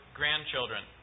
grandchildren